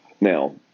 now